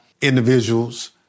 individuals